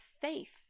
faith